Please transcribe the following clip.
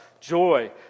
joy